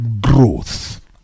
growth